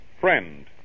Friend